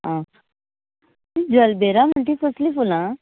आं जल्बेरा म्हणटां तीं कसलीं फुलां